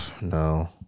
No